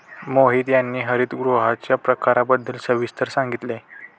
मोहित यांनी हरितगृहांच्या प्रकारांबद्दल सविस्तर सांगितले